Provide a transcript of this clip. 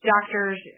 doctors